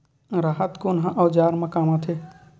राहत कोन ह औजार मा काम आथे?